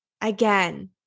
again